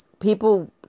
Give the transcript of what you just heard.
People